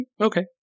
Okay